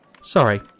Sorry